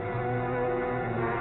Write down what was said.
or